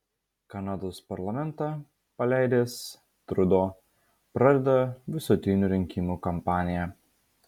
kanados parlamentą paleidęs trudo pradeda visuotinių rinkimų kampaniją